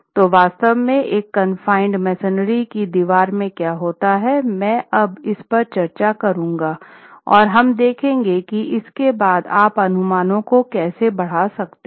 तो वास्तव में एक कानफाइनेड मेसनरी की दीवार में क्या होता है मैं अब इसपर चर्चा करूँगा और हम देखेंगे कि इसके बाद अपने अनुमानों को कैसे बढ़ा सकते हैं